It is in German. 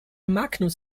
magnus